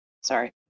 Sorry